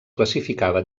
classificava